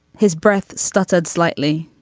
his breath stuttered slightly,